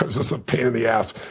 it was just a pain in the ass,